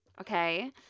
Okay